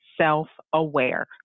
self-aware